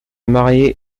mariée